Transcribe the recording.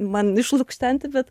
man išlukštenti bet